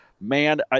man